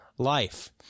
life